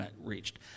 reached